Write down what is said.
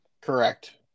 Correct